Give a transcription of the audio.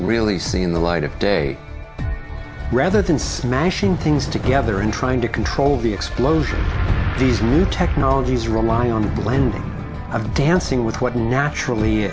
really seen the light of day rather than smashing things together and trying to control the explosion these new technologies rely on plan of dancing with what naturally